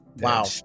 wow